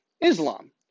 Islam